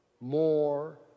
more